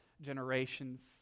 generations